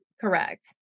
Correct